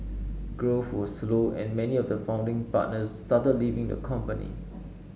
growth was slow and many of the founding partners started leaving the company